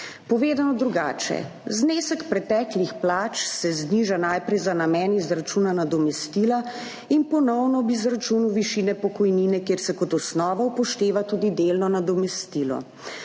Povedano drugače, znesek preteklih plač se zniža najprej za namen izračuna nadomestila in ponovno ob izračunu višine pokojnine, kjer se kot osnovo upošteva tudi delno nadomestilo.